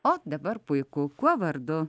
o dabar puiku kuo vardu